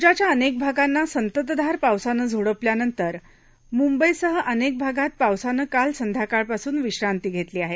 राज्याच्या अनेक भागांना संततधार पावसान झोडपल्यानंतर मुंबईसह अनेक भागांत पावसानं काल संध्याकाळपासून विश्रांती घेतली आहे